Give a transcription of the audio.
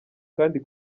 kandi